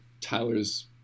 Tyler's